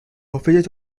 offices